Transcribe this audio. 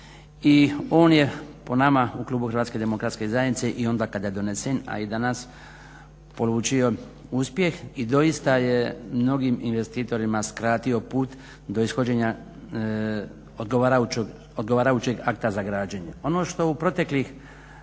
I on je, po nama u klubu HDZ-a, i onda kada je donesen a i danas polučio uspjeh. I doista je mnogim investitorima skratio put do ishođenja odgovarajućeg akta za građenje. Ono što u protekle